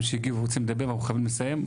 שהגיעו ורוצים לדבר ואנחנו חייבים לסיים.